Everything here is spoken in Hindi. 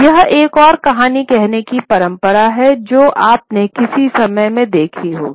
यह एक और कहानी कहने की परंपरा है जो आपने किसी समय में देखी होंगी